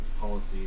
policies